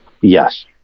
Yes